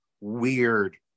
weird